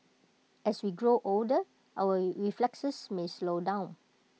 as we grow older our reflexes may slow down